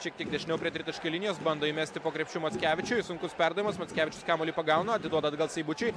šiek tiek dešiniau prie tritaškio linijos bando įmesti po krepšiu mackevičiui sunkus perdavimas mackevičius kamuolį pagauna atiduoda atgal seibučiui